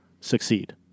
succeed